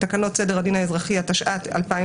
תקנות סדר הדין האזרחי, התשע"ט-2018".